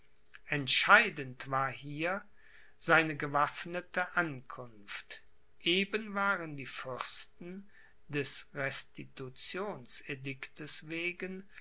entscheidend war hier seine gewaffnete ankunft eben waren die fürsten des restitutionsediktes wegen